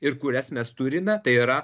ir kurias mes turime tai yra